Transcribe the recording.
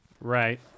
right